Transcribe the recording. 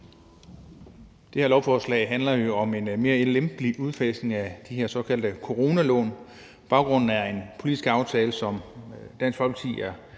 Det her lovforslag handler jo om en mere lempelig udfasning af de her såkaldte coronalån. Baggrunden er en politisk aftale, som Dansk Folkeparti er